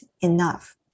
enough